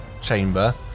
chamber